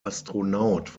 astronaut